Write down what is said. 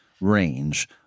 range